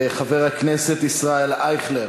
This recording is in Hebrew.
חבר הכנסת ישראל אייכלר,